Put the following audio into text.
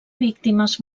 víctimes